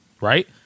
right